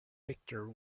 victor